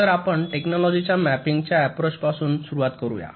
तर आपण टेक्नोलॉजीाच्या मॅपिंगच्या अँप्रोच पासून सुरुवात करूया